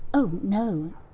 oh, no.